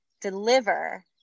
deliver